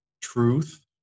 truth